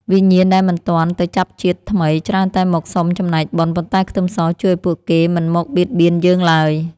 វិញ្ញាណដែលមិនទាន់ទៅចាប់ជាតិថ្មីច្រើនតែមកសុំចំណែកបុណ្យប៉ុន្តែខ្ទឹមសជួយឱ្យពួកគេមិនមកបៀតបៀនយើងឡើយ។